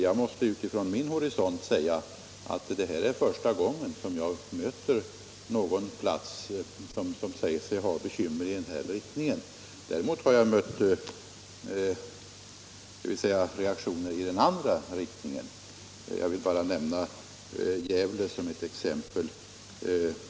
Jag måste utifrån min horisont säga att det här är första gången jag möter uttalanden att en plats har bekymmer i den här riktningen. Däremot har jag mött låt mig säga reaktioner i den andra riktningen — jag vill bara nämna Gävle som exempel.